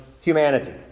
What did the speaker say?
humanity